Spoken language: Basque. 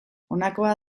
honakoa